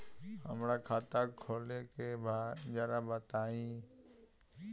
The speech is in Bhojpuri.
हमरा खाता खोले के बा जरा बताई